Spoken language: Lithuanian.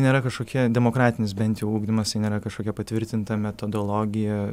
nėra kažkokia demokratinis bent jau ugdymas tai nėra kažkokia patvirtinta metodologija